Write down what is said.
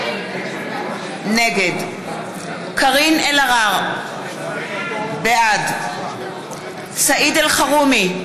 נגד קארין אלהרר, בעד סעיד אלחרומי,